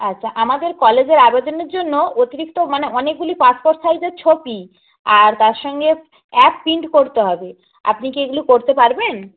আচ্ছা আমাদের কলেজের আবেদনের জন্য অতিরিক্ত মানে অনেকগুলি পাসপোর্ট সাইজের ছবি আর তার সঙ্গে অ্যাড প্রিন্ট করতে হবে আপনি কি এগুলো করতে পারবেন